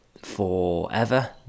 forever